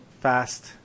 Fast